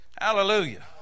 hallelujah